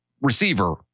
receiver